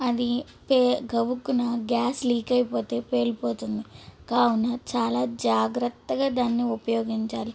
అది పే గబుక్కున గ్యాస్ లీక్ అయిపోతే పేలిపోతుంది కావున చాలా జాగ్రత్తగా దాన్ని ఉపయోగించాలి